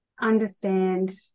understand